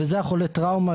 ואלה חולי טראומה,